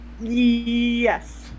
Yes